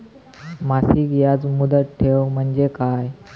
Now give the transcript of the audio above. मासिक याज मुदत ठेव म्हणजे काय?